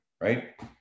right